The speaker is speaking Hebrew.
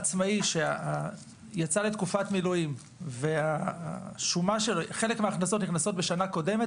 עצמאי שיצא לתקופת מילואים וחלק מההכנסות נכנסות בשנה הקודמת,